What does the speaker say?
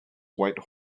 white